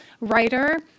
writer